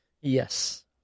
Yes